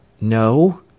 No